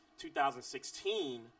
2016